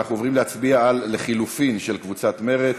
אנחנו עוברים להצביע על לחלופין של קבוצת סיעת מרצ.